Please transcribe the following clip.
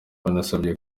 yanabasabye